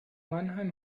mannheim